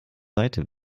seite